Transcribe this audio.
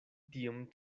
tiom